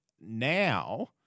now